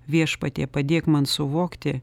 viešpatie padėk man suvokti